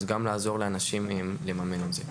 אז גם לעזור לאנשים לממן את זה.